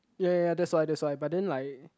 ya ya ya that's why that's why but then like